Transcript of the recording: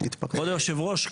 כבוד היושב-ראש,